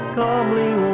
calmly